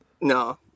no